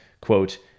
quote